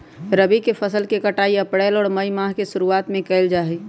रबी के फसल के कटाई अप्रैल और मई माह के शुरुआत में कइल जा हई